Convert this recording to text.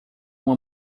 uma